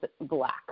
black